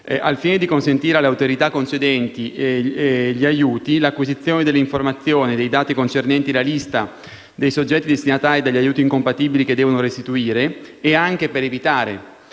Al fine di consentire alle autorità concedenti gli aiuti l'acquisizione delle informazioni e dei dati concernenti la lista dei soggetti destinatari degli aiuti incompatibili che devono restituire e anche per evitare